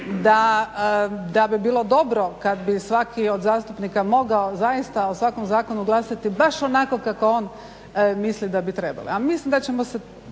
da bi bilo dobro kad bi svaki od zastupnika mogao zaista o svakom zakonu glasati baš onako kako on misli da bi trebalo.